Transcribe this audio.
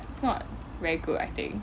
it's not very good I think